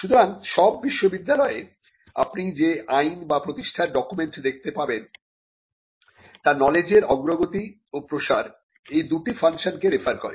সুতরাং সব বিশ্ববিদ্যালয়ে আপনি যে আইন বা প্রতিষ্ঠার ডকুমেন্ট দেখতে পাবেন তা নলেজের অগ্রগতি ও প্রসার এই দুটি ফাংশন কে রেফার করে